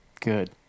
good